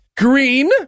Green